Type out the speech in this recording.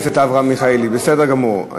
חבר הכנסת אברהם מיכאלי, בסדר גמור.